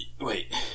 Wait